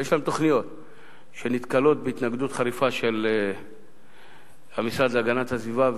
ויש להם תוכניות שנתקלות בהתנגדות חריפה של המשרד להגנת הסביבה,